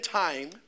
time